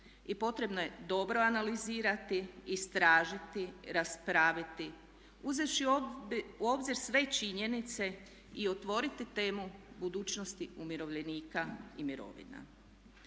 i potrebno je dobro analizirati, istražiti, raspraviti uzevši u obzir sve činjenice i otvoriti temu budućnosti umirovljenika i mirovina.